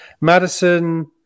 Madison